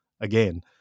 again